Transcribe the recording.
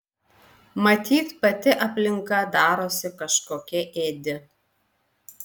matyt pati aplinka darosi kažkokia ėdi